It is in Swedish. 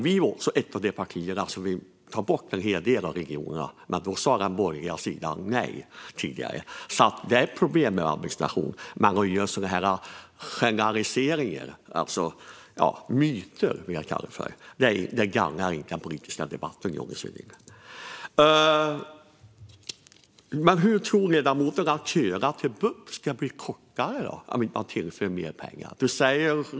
Vi är också ett av de partier som vill ta bort en hel del av regionerna, men då sa den borgerliga sidan nej tidigare. Det är ett problem med administration, men sådana här generaliseringar och myter, som jag vill kalla det för, gagnar inte den politiska debatten, Johnny Svedin. Hur tror ledamoten att köerna till bup ska bli kortare om man inte tillför mer pengar?